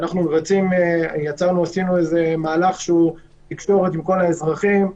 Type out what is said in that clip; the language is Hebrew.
עשינו מהלך של תקשורת עם כל האזרחים,